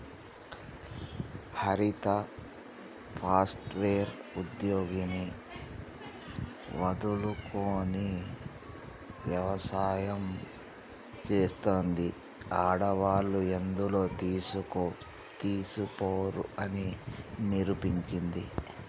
హరిత software ఉద్యోగాన్ని వదులుకొని వ్యవసాయం చెస్తాంది, ఆడవాళ్లు ఎందులో తీసిపోరు అని నిరూపించింది